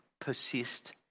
persist